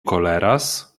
koleras